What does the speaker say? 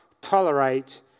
tolerate